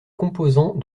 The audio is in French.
composants